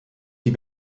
die